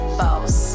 boss